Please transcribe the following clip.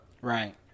right